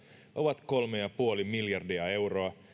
ovat kolme pilkku viisi miljardia euroa